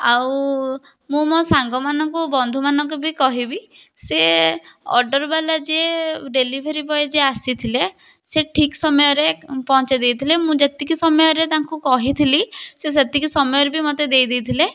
ଆଉ ମୁଁ ମୋ ସାଙ୍ଗମାନଙ୍କୁ ବନ୍ଧୁମାନଙ୍କୁ ବି କହିବି ସେ ଅର୍ଡ଼ର୍ ବାଲା ଯିଏ ଡ଼େଲିଭରି ବଏ ଯିଏ ଆସିଥିଲେ ସିଏ ଠିକ୍ ସମୟରେ ପହଞ୍ଚେଇ ଦେଇଥିଲେ ମୁଁ ଯେତିକି ସମୟରେ ତାଙ୍କୁ କହିଥିଲି ସେ ସେତିକି ସମୟରେ ବି ମୋତେ ଦେଇଦେଇଥିଲେ